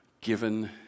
given